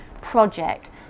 project